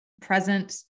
present